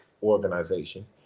organization